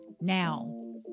Now